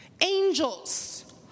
Angels